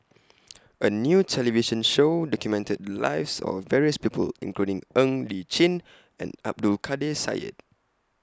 A New television Show documented Lives of various People including Ng Li Chin and Abdul Kadir Syed